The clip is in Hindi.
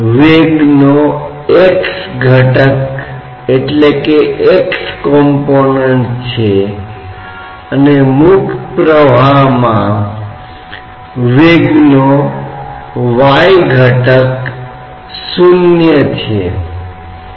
बेशक यह गुरुत्वाकर्षण की क्रिया के विपरीत है क्योंकि गुरुत्वाकर्षण नीचे की ओर लंबवत होगा और इसके विपरीत एक सामान्य संकेतन के रूप में z अक्ष माना जाता है